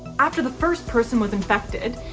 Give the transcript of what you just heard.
after the first person was infected,